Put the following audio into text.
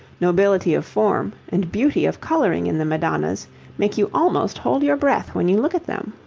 nobility of form, and beauty of colouring in the madonnas make you almost hold your breath when you look at them.